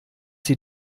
sie